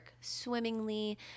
swimmingly